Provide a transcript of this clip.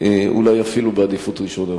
אולי אפילו בעדיפות ראשונה.